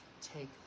take